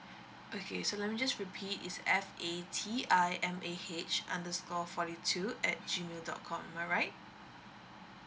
okay so let me just repeat is f a t i m a h underscore forty two at G mail dot com am I right